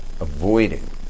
avoiding